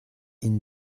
inn